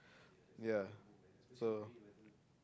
yeah so